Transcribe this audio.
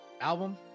album